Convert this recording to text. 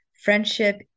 friendship